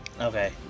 Okay